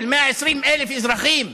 של 120,000 אזרחים,